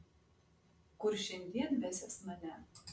kur šiandien vesies mane